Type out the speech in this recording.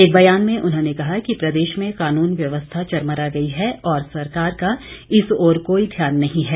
एक ब्यान में उन्होंने कहा कि प्रदेश में कानून व्यवस्था चरमरा गई है और सरकार का इस ओर कोई ध्यान नहीं है